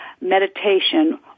meditation